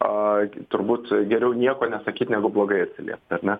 o turbūt geriau nieko nesakyt negu blogai atsiliept ar ne